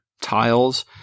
tiles